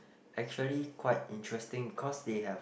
actually quite interesting because they have